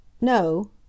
No